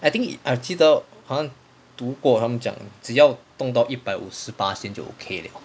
I think is I 记得好像读过他们讲只要冻到一百五十巴先就可以了